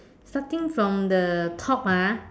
starting from the top ah